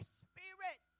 spirit